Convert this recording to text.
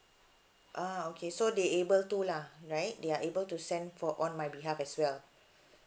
ah okay so they able to lah right they are able to send for on my behalf as well